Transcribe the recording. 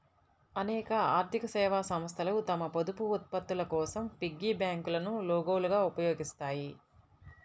అనేక ఆర్థిక సేవా సంస్థలు తమ పొదుపు ఉత్పత్తుల కోసం పిగ్గీ బ్యాంకులను లోగోలుగా ఉపయోగిస్తాయి